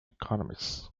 economics